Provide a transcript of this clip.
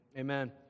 Amen